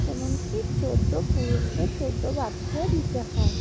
এমনকি চোদ্দ পুরুষকে চোদ্দ বাতিও দিতে হয়